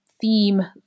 theme